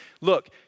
Look